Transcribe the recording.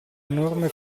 enorme